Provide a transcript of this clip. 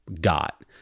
got